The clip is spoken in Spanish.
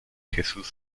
jesús